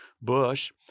Bush